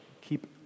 keep